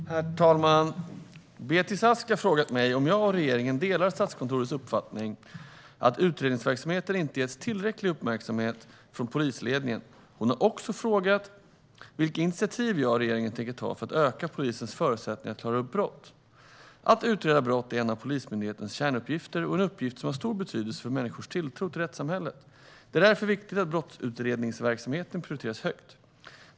Herr talman! Beatrice Ask har frågat mig om jag och regeringen delar Statskontorets uppfattning att utredningsverksamheten inte har getts tillräcklig uppmärksamhet från polisledningen. Hon har också frågat vilka initiativ jag och regeringen tänker ta för att öka polisens förutsättningar att klara upp brott. Att utreda brott är en av Polismyndighetens kärnuppgifter och en uppgift som har stor betydelse för människors tilltro till rättssamhället. Det är därför viktigt att brottsutredningsverksamheten prioriteras högt.